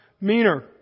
meaner